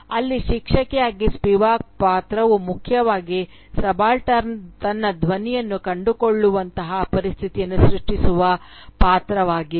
ಅಲ್ಲಿ ಶಿಕ್ಷಕಿಯಾಗಿ ಸ್ಪಿವಾಕ್ ಪಾತ್ರವು ಮುಖ್ಯವಾಗಿ ಸಬಾಲ್ಟರ್ನ್ ತನ್ನ ಧ್ವನಿಯನ್ನು ಕಂಡುಕೊಳ್ಳುವಂತಹ ಪರಿಸ್ಥಿತಿಯನ್ನು ಸೃಷ್ಟಿಸುವ ಪಾತ್ರವಾಗಿದೆ